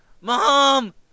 Mom